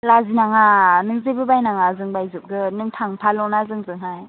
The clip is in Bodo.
लाजिनाङा नों जेबो बायनाङा जों बायजोबगोन नों थांफाल'ना जोंजोंहाय